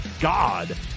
God